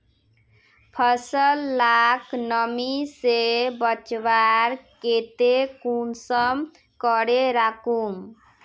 फसल लाक नमी से बचवार केते कुंसम करे राखुम?